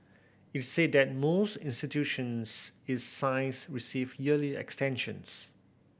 it said that most institutions its size receive yearly extensions